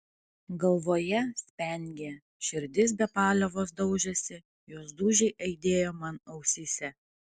galvoje spengė širdis be paliovos daužėsi jos dūžiai aidėjo man ausyse